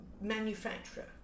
manufacturer